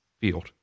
field